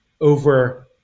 over